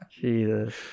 Jesus